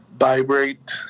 vibrate